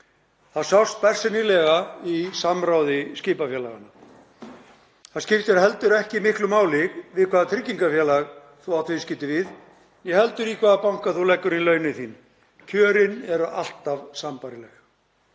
Það sást bersýnilega í samráði skipafélaganna. Það skiptir heldur ekki miklu máli við hvaða tryggingafélag þú átt viðskipti við né heldur í hvaða banka þú leggur inn í launin þín. Kjörin eru alltaf sambærileg.